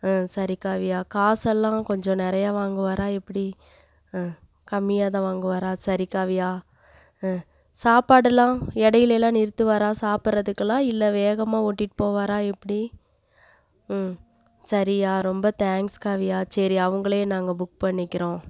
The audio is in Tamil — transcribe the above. ஆ சரி காவியா காசெல்லாம் கொஞ்சம் நிறையா வாங்குவாரா எப்படி ஆ கம்மியாகதான் வாங்குவாரா சரி காவியா ஆ சாப்பாடெலாம் இடையிலேலாம் நிறுத்துவாரா சாப்பிட்றதுக்குலாம் இல்லை வேகமாக ஓட்டிகிட்டு போவாரா எப்படி ம் சரியாக ரொம்ப தேங்க்ஸ் காவியா சரி அவங்களேயே நாங்கள் புக் பண்ணிக்கிறோம்